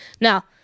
Now